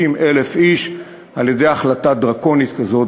360,000 איש על-ידי החלטה דרקונית כזאת.